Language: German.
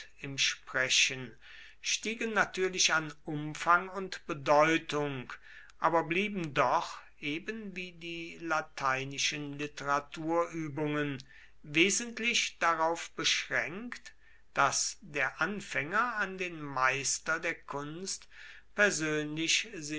im sprechen stiegen natürlich an umfang und bedeutung aber blieben doch eben wie die lateinischen literaturübungen wesentlich darauf beschränkt daß der anfänger an den meister der kunst persönlich